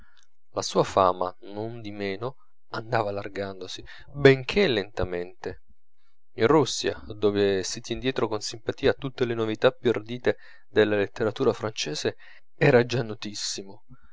la sua fama non di meno andava allargandosi benchè lentamente in russia dove si tien dietro con simpatia a tutte le novità più ardite della letteratura francese era già notissimo